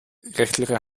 rechtliche